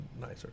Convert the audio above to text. nicer